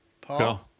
paul